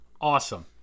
awesome